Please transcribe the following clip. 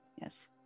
Yes